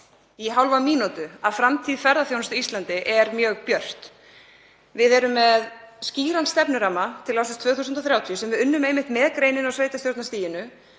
í hálfa mínútu að framtíð ferðaþjónustu á Íslandi er mjög björt. Við erum með skýran stefnuramma til ársins 2030 sem við unnum einmitt með greininni á sveitarstjórnarstiginu